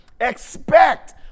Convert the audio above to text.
expect